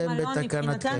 חוקה.